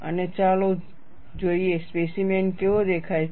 અને ચાલો જોઈએ સ્પેસીમેન કેવો દેખાય છે